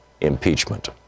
impeachment